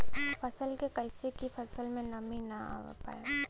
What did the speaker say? फसल के कैसे रखे की फसल में नमी ना आवा पाव?